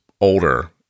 older